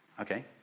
okay